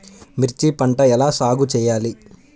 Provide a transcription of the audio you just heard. మిర్చి పంట ఎలా సాగు చేయాలి?